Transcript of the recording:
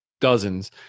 dozens